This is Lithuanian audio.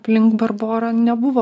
aplink barborą nebuvo